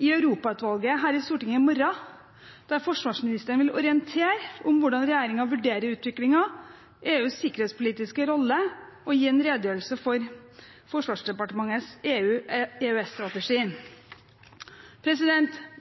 i Europautvalget her i Stortinget i morgen, der forsvarsministeren vil orientere om hvordan regjeringen vurderer utviklingen, EUs sikkerhetspolitiske rolle og gi en redegjørelse for Forsvarsdepartementets EU/EØS-strategi.